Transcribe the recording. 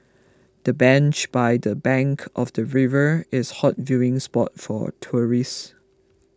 the bench by the bank of the river is hot viewing spot for tourists